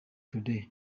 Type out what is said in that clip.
today